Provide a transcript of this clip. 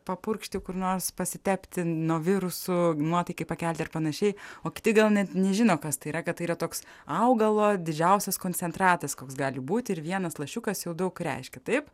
papurkšti kur nors pasitepti nuo virusų nuotaikai pakelti ir panašiai o kiti gal net nežino kas tai yra kad tai yra toks augalo didžiausias koncentratas koks gali būti ir vienas lašiukas jau daug reiškia taip